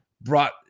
brought